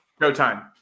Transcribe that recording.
Showtime